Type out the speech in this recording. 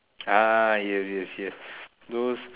ah yes yes yes those